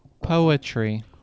Poetry